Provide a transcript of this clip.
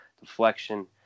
deflection